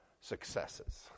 successes